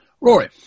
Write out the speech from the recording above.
Rory